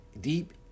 deep